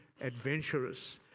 adventurous